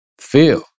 feel